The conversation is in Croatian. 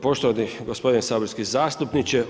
Poštovani gospodine saborski zastupniče.